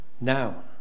Now